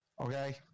Okay